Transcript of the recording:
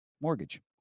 Mortgage